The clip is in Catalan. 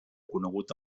conegut